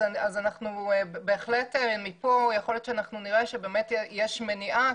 יכול להיות שאנחנו נראה שיש מניעה,